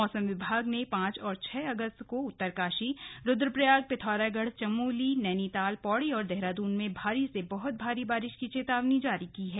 मौसम विभाग ने पांच और छह अगस्त को उत्तरकाशी रुद्रप्रयाग पिथौरागढ़ चमोली नैनीताल पौड़ी और देहरादून में भारी से बहुत भारी बारिश की चेतावनी जारी की है